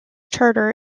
charter